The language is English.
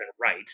right